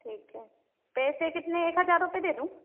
ठीक है पैसे कितने एक हजार रुपए दे दूँ